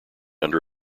under